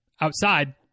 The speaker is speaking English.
outside